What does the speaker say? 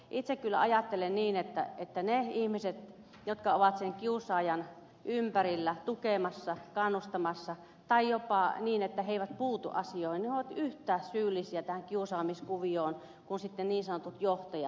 itse kyllä ajattelen niin että ne ihmiset jotka ovat sen kiusaajan ympärillä tukemassa kannustamassa tai jopa niin että he eivät puutu asioihin ovat yhtä syyllisiä tähän kiusaamiskuvioon kuin sitten niin sanotut johtajat